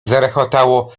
zarechotało